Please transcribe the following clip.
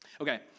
Okay